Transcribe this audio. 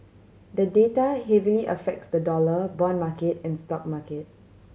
the data heavily affects the dollar bond market and stock market